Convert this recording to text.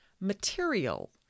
Material